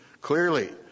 Clearly